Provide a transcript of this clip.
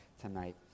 tonight